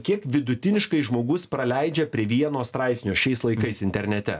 kiek vidutiniškai žmogus praleidžia prie vieno straipsnio šiais laikais internete